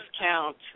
discount